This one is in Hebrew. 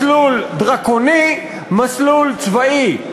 מסלול דרקוני, מסלול צבאי.